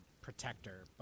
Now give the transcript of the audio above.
protector